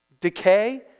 decay